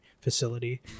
facility